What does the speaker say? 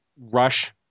rush